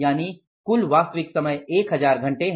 यानि कुल वास्तविक समय 1000 घंटे है